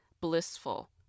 blissful